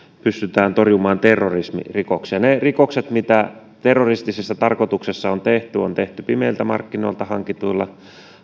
pystytään torjumaan terrorismirikoksia ne rikokset mitä terroristisessa tarkoituksessa on tehty on tehty pimeiltä markkinoilta hankituilla